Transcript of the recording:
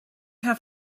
have